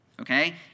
okay